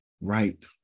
right